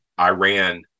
Iran